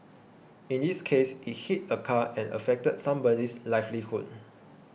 in this case it hit a car and affected somebody's livelihood